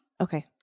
Okay